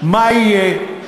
מה יהיה?